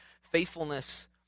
faithfulness